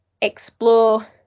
explore